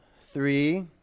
three